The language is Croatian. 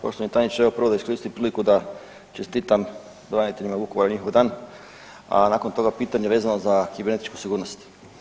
Poštovani tajniče evo prvo da iskoristim priliku da čestitam braniteljima Vukovara njihov dan, a nakon toga pitanje vezano za kibernetičku sigurnost.